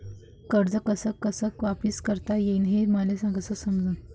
कर्ज कस कस वापिस करता येईन, हे मले कस समजनं?